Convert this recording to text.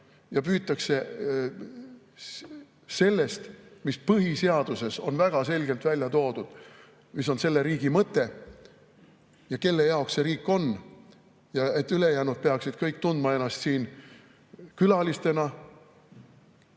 kalduda] sellest, mis põhiseaduses on väga selgelt välja toodud, mis on selle riigi mõte ja kelle jaoks see riik on ja kuidas kõik ülejäänud peaksid tundma ennast siin külalistena,